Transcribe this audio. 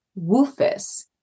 Woofus